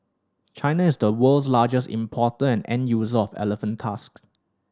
China is the world's largest importer and end user of elephant tusks